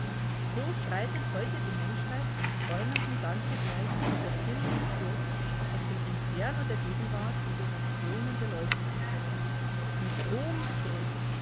so schreitet heute die menschheit dem träumenden dante gleich von virgil geführt aus dem inferno der gegenwart in die regionen der läuterung mit rohem gebrüll